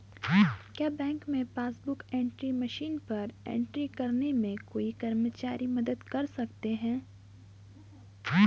क्या बैंक में passbook book entry machine पर एंट्री करने में कोई कर्मचारी मदद कर सकते हैं?